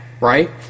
right